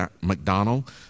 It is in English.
McDonald